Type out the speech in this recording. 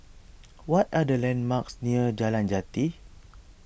what are the landmarks near Jalan Jati